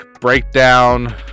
breakdown